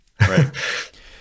Right